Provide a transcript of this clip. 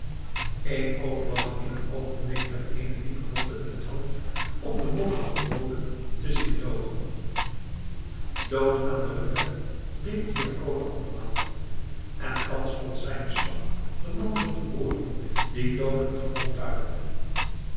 eenoog lag in een oogenblik met eene diepe wonde in het hoofd op den modderigen bodem te zieltogen dood aan de rebellen riep ciaccone andermaal en thans gold zijnen slag den man zonder ooren die dood op den grond tuimelde